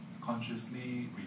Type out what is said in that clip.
consciously